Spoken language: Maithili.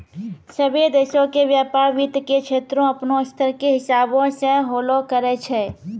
सभ्भे देशो के व्यपार वित्त के क्षेत्रो अपनो स्तर के हिसाबो से होलो करै छै